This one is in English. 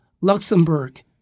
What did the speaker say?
Luxembourg